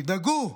תדאגו,